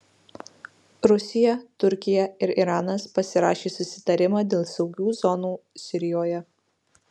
rusija turkija ir iranas pasirašė susitarimą dėl saugių zonų sirijoje